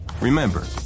Remember